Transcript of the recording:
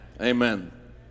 amen